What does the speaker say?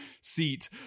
seat